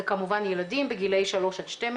זה כמובן ילדים בגילאי 3 עד 12,